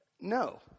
No